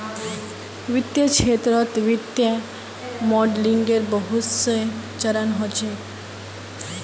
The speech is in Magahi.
वित्तीय क्षेत्रत वित्तीय मॉडलिंगेर बहुत स चरण ह छेक